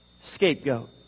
Scapegoat